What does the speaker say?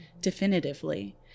definitively